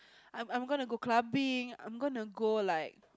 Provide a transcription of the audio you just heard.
I'm I'm going to go clubbing I'm going to go like